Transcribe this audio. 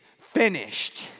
finished